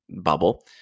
Bubble